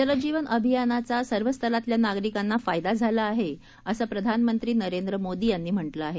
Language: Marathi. जल जीवन अभियानाचा सर्व स्तरातल्या नागरिकांना फायदा झाला आहे असं प्रधानमंत्री नरेंद्र मोदी यांनी म्हटलं आहे